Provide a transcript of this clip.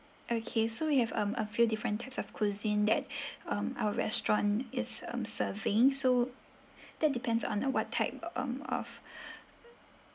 okay so we have um a few different types of cuisine that um our restaurant is um serving so that depends on a what type um of